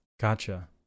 gotcha